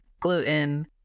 gluten